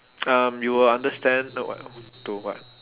um you will understand uh what to what